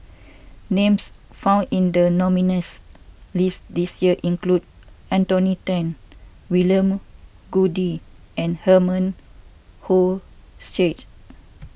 names found in the nominees' list this year include Anthony then William Goode and Herman Hochstadt